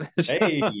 Hey